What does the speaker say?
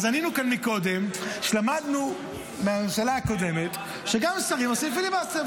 אז ענינו כאן מקודם שלמדנו מהממשלה הקודמת שגם שרים עושים פיליבסטר,